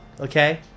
Okay